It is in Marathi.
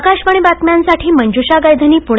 आकाशवाणी बातम्यांसाठी मंजुषा गायधनी पुणे